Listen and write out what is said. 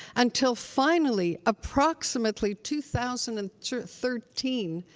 until finally, approximately two thousand and thirteen,